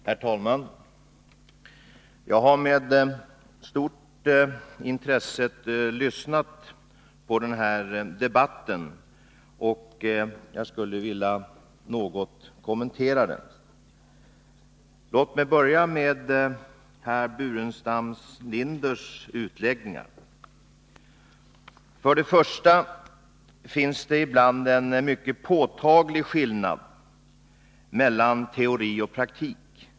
Herr talman! Jag har med stort intresse lyssnat på debatten, och jag skulle vilja något kommentera den. Låt mig börja med herr Burenstam Linders utläggningar. För det första finns det ibland en mycket påtaglig skillnad mellan teori och praktik.